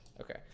Okay